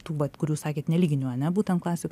tų vat kurių sakėt nelyginių ane būtent klasių